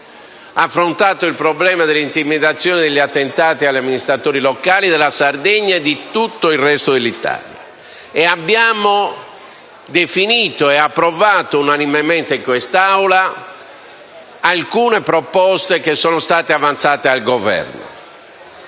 abbiamo affrontato il problema delle intimidazioni e degli attentati agli amministratori locali della Sardegna e di tutto il resto d'Italia, e abbiamo definito e approvato unanimemente in quest'Aula alcune proposte che sono state avanzate al Governo.